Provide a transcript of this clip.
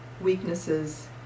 weaknesses